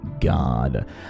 God